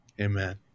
amen